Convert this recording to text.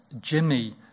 Jimmy